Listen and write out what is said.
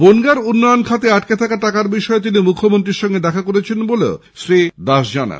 বনগাঁর উন্নয়ন খাতে আটকে থাকা টাকার বিষয়ে তিনি মুখ্যমন্ত্রীর সঙ্গে দেখা করেছিলেন বলেও শ্রীদাস জানান